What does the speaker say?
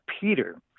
Peter